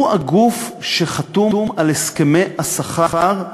שהוא הגוף שחתום על הסכמי השכר,